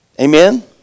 Amen